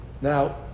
Now